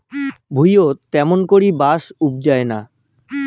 ভুঁইয়ত ত্যামুন করি বাঁশ উবজায় না